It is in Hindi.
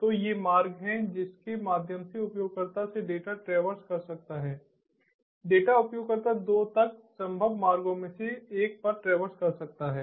तो ये मार्ग हैं जिसके माध्यम से उपयोगकर्ता से डेटा ट्रैवर्स कर सकता है डेटा उपयोगकर्ता 2 तक संभव मार्गों में से एक पर ट्रैवर्स कर सकता है